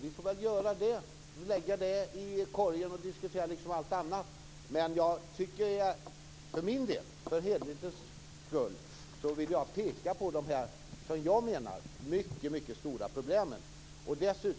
Låt oss diskutera detta som allt annat. För helhetens skull vill jag peka på de stora problemen.